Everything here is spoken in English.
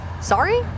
Sorry